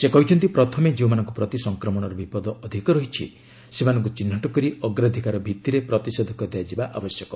ସେ କହିଛନ୍ତି ପ୍ରଥମେ ଯେଉଁମାନଙ୍କ ପ୍ରତି ସଂକ୍ରମଣର ବିପଦ ଅଧିକ ରହିଛି ସେମାନଙ୍କୁ ଚିହ୍ନଟ କରି ଅଗ୍ରାଧିକାର ଭିତ୍ତିରେ ପ୍ରତିଷେଧକ ଦିଆଯିବା ଆବଶ୍ୟକ